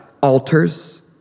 Altars